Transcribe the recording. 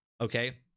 okay